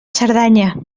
cerdanya